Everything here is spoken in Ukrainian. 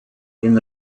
він